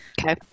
Okay